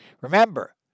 Remember